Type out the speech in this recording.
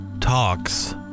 talks